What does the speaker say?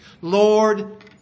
Lord